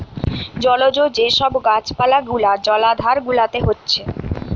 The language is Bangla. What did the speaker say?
জলজ যে সব গাছ পালা গুলা জলাধার গুলাতে হচ্ছে